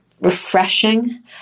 refreshing